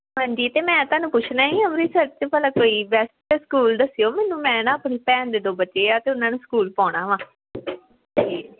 ਹਾਂਜੀ ਅਤੇ ਮੈਂ ਤੁਹਾਨੂੰ ਪੁੱਛਣਾ ਸੀ ਅੰਮ੍ਰਿਤਸਰ 'ਚ ਭਲਾ ਕੋਈ ਬੈਸਟ ਸਕੂਲ ਦੱਸਿਓ ਮੈਨੂੰ ਮੈਂ ਨਾ ਆਪਣੀ ਭੈਣ ਦੇ ਦੋ ਬੱਚੇ ਆ ਅਤੇ ਉਹਨਾਂ ਨੂੰ ਸਕੂਲ ਪਾਉਣਾ ਵਾ ਅਤੇ